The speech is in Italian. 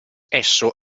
esso